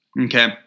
Okay